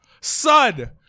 Son